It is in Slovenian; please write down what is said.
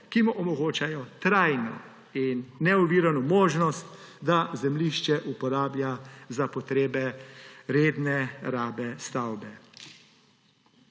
ki mu omogočajo trajno in neovirano možnost, da zemljišče uporablja za potrebe redne rabe stavbe.